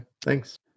thanks